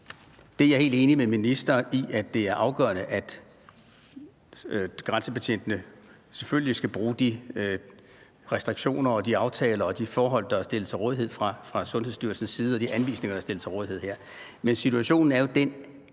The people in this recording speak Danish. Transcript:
Jeg er helt enig med ministeren i, at det selvfølgelig er afgørende, at grænsebetjentene skal bruge de restriktioner og de aftaler og de forhold, der er stillet til rådighed fra Sundhedsstyrelsens side, og de anvisninger, der her er stillet til rådighed. Men situationen er jo den,